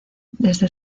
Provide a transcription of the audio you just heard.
desde